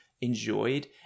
enjoyed